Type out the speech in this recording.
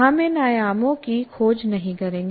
हम इन आयामों की खोज नहीं करेंगे